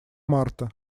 марта